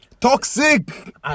Toxic